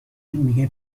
میگه